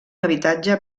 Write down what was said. habitatge